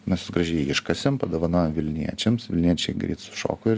mes juos gražiai iškasėm padovanojom vilniečiams vilniečiai greit sušoko ir